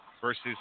versus